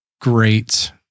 great